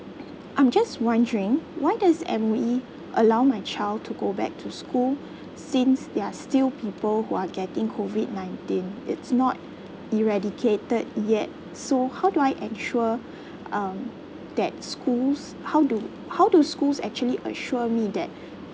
I'm just wondering why does M_O_E allow my child to go back to school since there are still people who are getting COVID nineteen it's not eradicated yet so how do I ensure um that schools how do how do schools actually assure me that